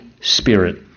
Spirit